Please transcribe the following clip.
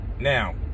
Now